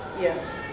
Yes